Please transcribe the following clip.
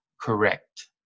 correct